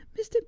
Mr